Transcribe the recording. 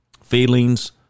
Feelings